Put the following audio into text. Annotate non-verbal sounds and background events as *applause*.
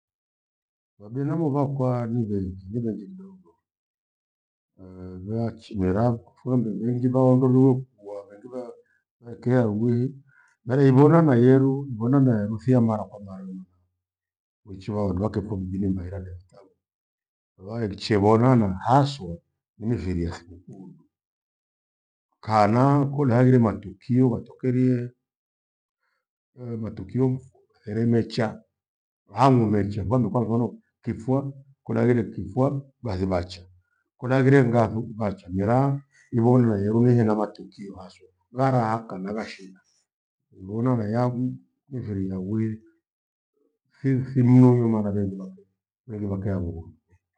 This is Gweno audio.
Pha binamu phakwa ni vengi, ni vengi kidogo *hesitation* phaaichi mera phuembe phengi vaundoluwe kuwaa wengi va- vakea lugwini. Nathiiphona na yeru iphona mbera ruthiya mara kwa mara loii. Kwiichi waondoa keko mjini maira derwi tawi, vaichivonana haswa ni mifiri ya thikukuu duu. Kana kole hangire matukio watokerie eh! matukio theremecha hangu mecha vandu kwamvona kifwa, kilaire kifwa bhahi vacha, kulaghire ngathu vacha. Mera iphonire yeru nihena matukio haswa varaha kana vashida. Iphona meyagwii mifiri yagwe thithi mnuyo mana vengi phake vengi vakea vughonu.